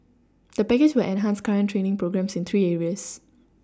the package will enhance current training programmes in three areas